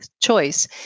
choice